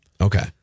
Okay